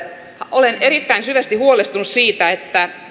olen erittäin syvästi huolestunut siitä